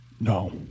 No